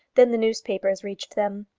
then the newspapers reached them.